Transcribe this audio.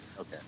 Okay